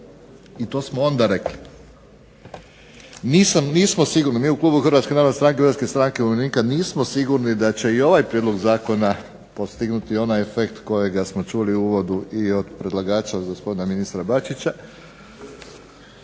i to smo onda rekli. Nismo sigurno, mi u klubu Hrvatske narodne stranke, Hrvatske stranke umirovljenika nismo sigurni da će i ovaj prijedlog zakona postignuti onaj efekt kojega smo čuli u uvodu i od predlagača od gospodina ministra Bačića,